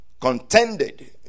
contended